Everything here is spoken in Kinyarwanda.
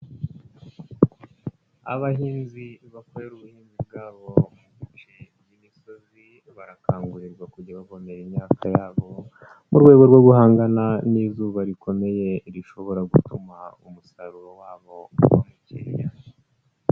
Abahinzi bakorera ubuhinzi bwabo mu bice by'imisozi barakangurirwa kujya bavomera imyaka yabo mu rwego rwo guhangana n'izuba rikomeye rishobora gutuma umusaruro wabo uba mukeya.